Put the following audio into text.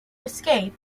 escape